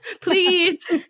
please